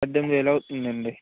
పద్దెనిమిదివేలు అవుతుంది అండి